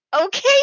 Okay